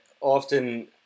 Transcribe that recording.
often